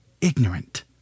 ignorant